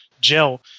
gel